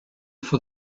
for